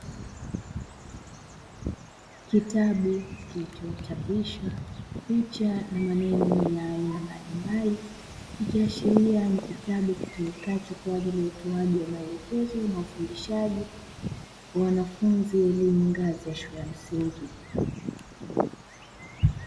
Kitabu kilichochapishwa picha na maneno ya aina mbalimbali, ikiashiria ni kitabu kitumikacho kwaajili ya utoaji wa maelekezo na ufundishaji wa wanafunzi elimu ngazi ya shule ya msingi.